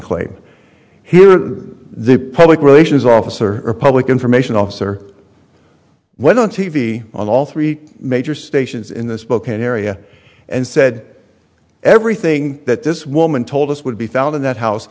claim here are they public relations officer or public information officer went on t v on all three major stations in this book area and said everything that this woman told us would be found in that house